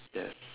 yes